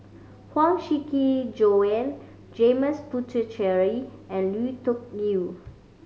Huang Shiqi Joan James Puthucheary and Lui Tuck Yew